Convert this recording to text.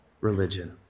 religion